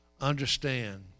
Understand